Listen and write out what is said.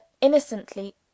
innocently